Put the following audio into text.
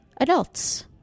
adults